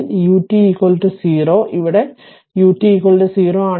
അതിനാൽ ഇവിടെയും utut 0 ആണെങ്കിൽ